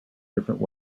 different